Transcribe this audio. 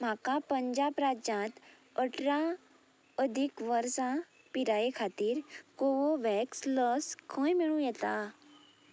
म्हाका पंजाब राज्यांत अठरा अदीक वर्सां पिराये खातीर कोवोव्हॅक्स लस खंय मेळूं येता